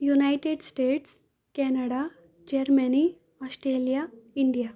United States Canada Germany Australia India